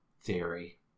theory